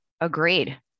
Agreed